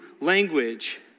language